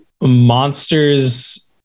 monsters